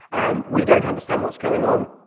um we don't understand what's going on,